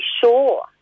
sure